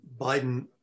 Biden